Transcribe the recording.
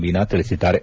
ಮೀನಾ ತಿಳಿಸಿದ್ದಾರೆ